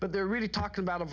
but they're really talking about